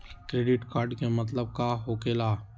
Credit card के मतलब का होकेला?